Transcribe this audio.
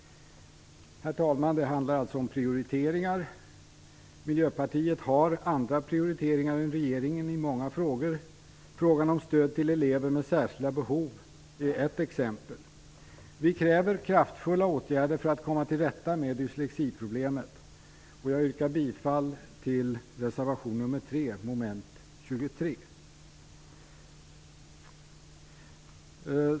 Herr talman! Det handlar alltså om prioriteringar. Miljöpartiet har andra prioriteringar än regeringen i många frågor. Frågan om stöd till elever med särskilda behov är ett exempel. Vi kräver kraftfulla åtgärder för att komma till rätta med dyslexiproblemet. Jag yrkar bifall till reservation 3 mom. 23.